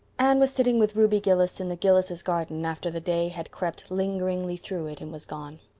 anne was sitting with ruby gillis in the gillis' garden after the day had crept lingeringly through it and was gone.